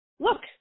Look